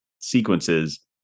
sequences